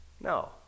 No